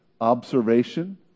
observation